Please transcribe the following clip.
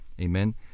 amen